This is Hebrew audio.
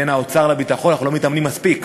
בין האוצר לביטחון, אנחנו לא מתאמנים מספיק,